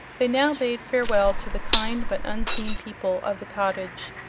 they now bade farewell to the kind but unseen people of the cottage,